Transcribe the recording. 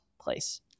place